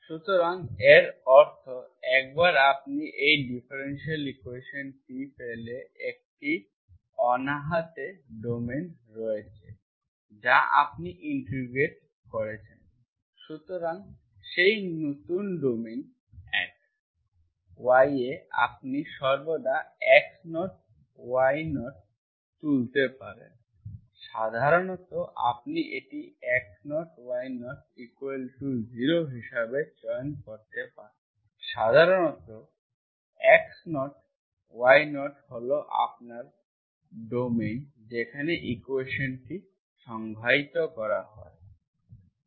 সুতরাং এর অর্থ একবার আপনি এই ডিফারেনশিয়াল ইকুয়েশন্টি পেলে একটি অন্তর্নিহিত ডোমেইন রয়েছে যা আপনি ইন্টিগ্রেট করছেন সুতরাং সেই নতুন ডোমেইন x y এ আপনি সর্বদা x0 y0 তুলতে পারেন সাধারণত আপনি এটি x0 y000 হিসাবে চয়ন করতে পারেন সাধারণত x0 y0 হল আপনার ডোমেইন যেখানে ইকুয়েশন্টি সংজ্ঞায়িত করা হয়